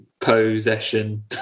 possession